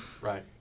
Right